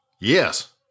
Yes